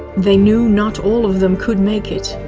they knew not all of them could make it.